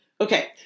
okay